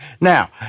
Now